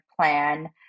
plan